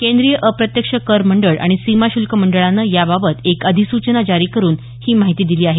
केंद्रीय अप्रत्यक्ष कर मंडळ आणि सीमा श्ल्क मंडळानं याबाबत एक अधिसूचना जारी करुन ही माहिती दिली आहे